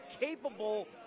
capable